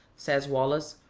says wallace,